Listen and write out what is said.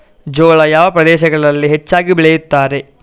ಜೋಳ ಯಾವ ಪ್ರದೇಶಗಳಲ್ಲಿ ಹೆಚ್ಚಾಗಿ ಬೆಳೆಯುತ್ತದೆ?